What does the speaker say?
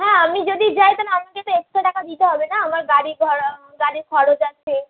হ্যাঁ আমি যদি যাই তালে আমাকে তো এক্সট্রা টাকা দিতে হবে না আমার গাড়ি ভাড়া গাড়ি খরচ আছে